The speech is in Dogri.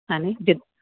ऐनी